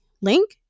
link